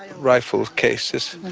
rifle cases.